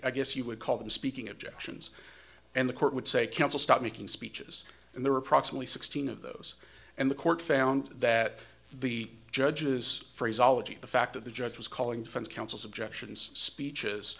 i guess you would call them speaking objections and the court would say counsel stop making speeches and there are approximately sixteen of those and the court found that the judge's phrase ology the fact that the judge was calling friends counsel's objections speeches